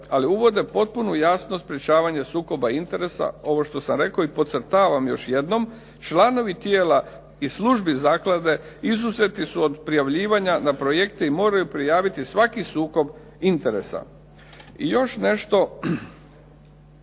Ali uvode potpunu jasnost sprečavanja sukoba interesa. Ovo što sam rekao i podcrtavam još jednom. Članovi tijela iz službi zaklade izuzeti su od prijavljivanja na projekte i moraju prijaviti svaki sukob interesa. I još nešto